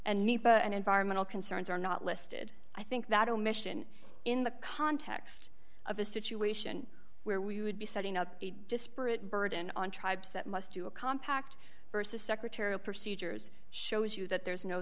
need an environmental concerns are not listed i think that omission in the context of a situation where we would be setting up a disparate burden on tribes that must do a compact versus secretarial procedures shows you that there is no